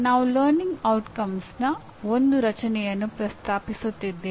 ನಾವು ಕಲಿಕೆಯ ಪರಿಣಾಮಗಳ ಒಂದು ರಚನೆಯನ್ನು ಪ್ರಸ್ತಾಪಿಸುತ್ತಿದ್ದೇವೆ